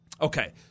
Okay